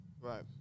Right